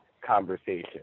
conversation